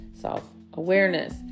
self-awareness